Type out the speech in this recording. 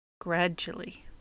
gradually